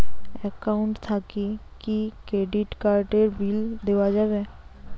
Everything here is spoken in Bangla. একাউন্ট থাকি কি ক্রেডিট কার্ড এর বিল দেওয়া যাবে?